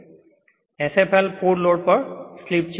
Sfl full load પર slip છે